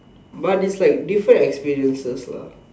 but it's like different experiences lah